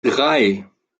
drei